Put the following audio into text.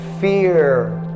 fear